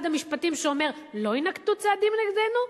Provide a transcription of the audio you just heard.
המשפטים שאומר שלא יינקטו צעדים נגדנו?